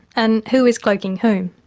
and who is cloaking whom?